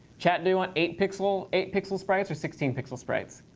chat, do we want eight pixel eight pixel sprites or sixteen pixel sprites?